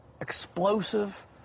explosive